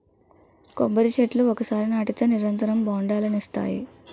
కొబ్బరి చెట్లు ఒకసారి నాటితే నిరంతరం బొండాలనిస్తాయి